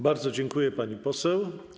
Bardzo dziękuję, pani poseł.